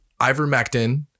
ivermectin